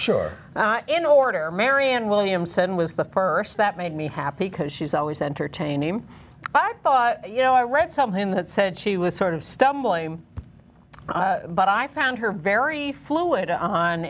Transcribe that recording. sure in order marianne williamson was the st that made me happy because she's always entertaining i thought you know i read something that said she was sort of stumbling but i found her very fluid on